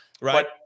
Right